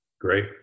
Great